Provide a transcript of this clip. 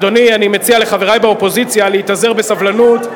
אדוני, אני מציע לחברי באופוזיציה להתאזר בסבלנות,